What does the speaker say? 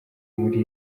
muri